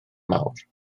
mawr